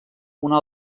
una